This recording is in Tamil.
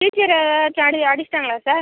டீச்சரு எதாச்சு அடி அடிச்சிவிட்டாங்களா சார்